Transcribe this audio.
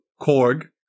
Korg